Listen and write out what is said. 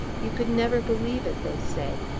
you could never believe it, they say.